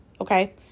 Okay